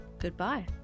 goodbye